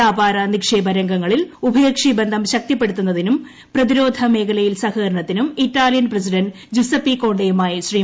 വ്യാപാര നിക്ഷേപ രംഗുങ്ങളിൽ ഉഭയകക്ഷി ബന്ധം ശക്തിപ്പെടുത്തുന്നതിനും പ്രതിരോധ മേഖല്ലയിൽ സഹകരണത്തിനും ഇറ്റാലിയൻ പ്രസിഡന്റ് ജൂസെപ്പി കോൺ യ്യ്മായി ശ്രീ